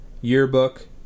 yearbook